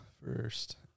first